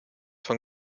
von